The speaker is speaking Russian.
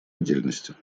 отдельности